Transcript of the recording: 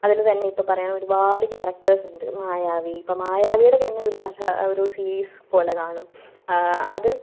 അതിൽ തന്നെ ഇപ്പം പറയാണെങ്കിൽ ഒരുപാട് ക്യാരക്റ്റേഴ്സ് ഉണ്ട് മായാവി ഇപ്പം മായവിയുടെ തന്നെ ഒരു കഥ ഒരു സീരീസ് പോലെ കാണും അത്